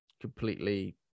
completely